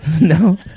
No